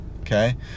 Okay